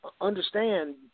Understand